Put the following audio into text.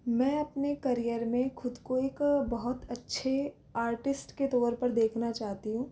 मै अपने करीअर में खुद को एक बहुत अच्छे आर्टीस्ट के तौर पर देखना चाहती हूँ